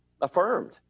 affirmed